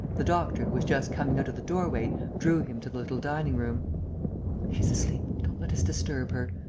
the doctor, who was just coming out of the doorway, drew him to the little dining-room she's asleep, don't let us disturb her.